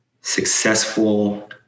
successful